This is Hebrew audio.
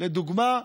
לדוגמה,